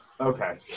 Okay